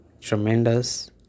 tremendous